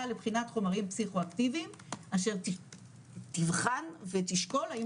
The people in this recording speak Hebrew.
לבחינת חומרים פסיכואקטיביים אשר תבחן ותשקול האם